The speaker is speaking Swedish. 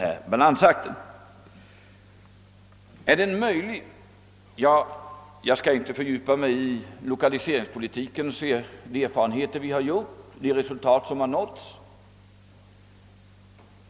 Är balansakten möjlig att utföra? Ja, jag skall inte fördjupa mig i lokaliseringspolitiken och de erfarenheter som därvidlag gjorts och de resultat som nåtts.